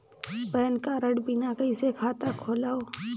Pan card बिना कइसे खाता खोलव?